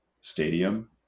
stadium